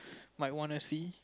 might wanna see